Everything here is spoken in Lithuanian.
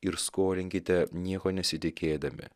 ir skolinkite nieko nesitikėdami